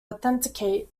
authenticate